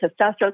testosterone